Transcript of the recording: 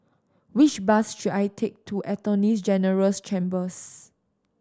which bus should I take to Attorney General's Chambers